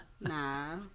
Nah